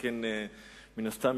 מן הסתם,